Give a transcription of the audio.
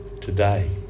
today